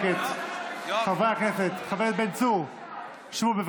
חברי הכנסת, אנא, שמרו על השקט.